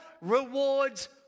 rewards